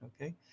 okay